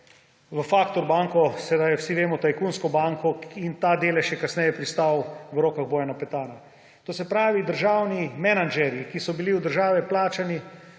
v Factor banko, sedaj vsi vemo – tajkunsko banko; in ta delež je kasneje pristal v rokah Bojana Petana. To se pravi, državni menedžerji, ki so bili od države plačani,